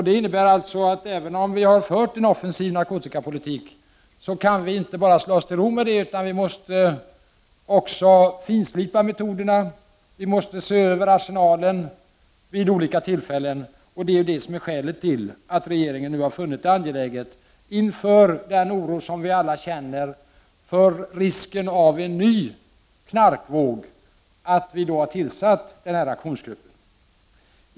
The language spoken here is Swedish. Det innebär att vi, även om vi har fört en offensiv narkotikapolitik, inte bara kan slå oss till ro med detta, utan vi måste också finslipa metoderna och se över arsenalen vid olika tillfällen, vilket är skälet till att regeringen, inför den oro som vi alla känner för risken av en ny knarkvåg, nu har tillsatt en aktionsgrupp.